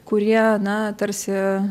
kurie na tarsi